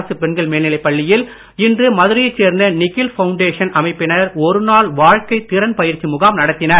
அரசு பெண்கள் மேன்நிலைப் பள்ளியில் இன்று மதுரையைச் சேர்ந்த நிகில் ஃபவுண்டேஷன் அமைப்பினர் ஒரு நாள் வாழ்க்கைத் திறன் பயிற்சி முகாம் நடத்தினர்